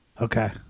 Okay